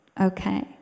Okay